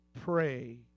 pray